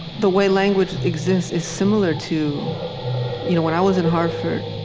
the way language exists is similar to you know when i was in hartford,